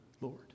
Lord